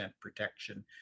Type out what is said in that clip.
protection